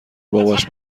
باباش